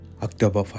October